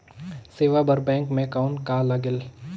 सेवा बर बैंक मे कौन का लगेल?